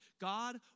God